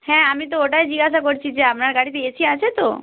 হ্যাঁ আমি তো ওটাই জিজ্ঞাসা করছি যে আপনার গাড়িতে এ সি আছে তো